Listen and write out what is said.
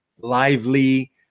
lively